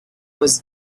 was